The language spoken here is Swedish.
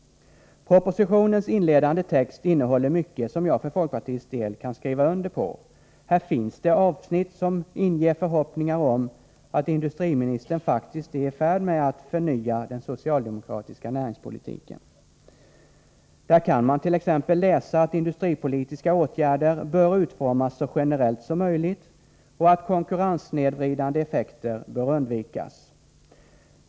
Propositionens inledande text innehåller mycket som jag för folkpartiets del kan skriva under på. Här finns det avsnitt som inger förhoppningar om att industriministern faktiskt är i färd med att förnya den socialdemokratiska näringspolitiken. Där kan man t.ex. läsa att industripolitiska åtgärder bör utformas så generellt som möjligt och att konkurrenssnedvridande effekter bör undvikas.